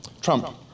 Trump